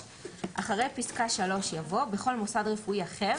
אחרי פסקה (2) יבוא: "(3) בכל מוסד רפואי אחר